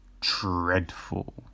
dreadful